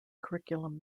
curriculum